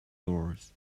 doors